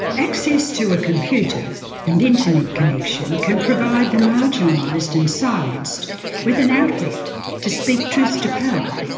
access to a computer and internet connection can provide the marginalised and silenced with an outlet to speak truth to power,